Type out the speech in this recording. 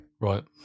Right